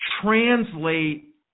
translate